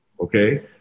Okay